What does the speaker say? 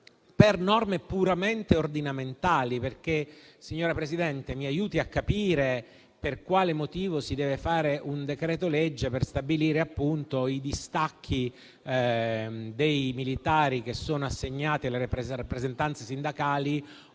per norme puramente ordinamentali. Signora Presidente, mi aiuti a capire per quale motivo si deve varare un decreto-legge per stabilire i distacchi dei militari che sono assegnati alle rappresentanze sindacali